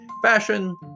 Fashion